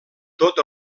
tot